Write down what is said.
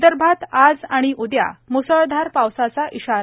विदर्भात आज आणि उद्या म्सळधार पावसाचा इशारा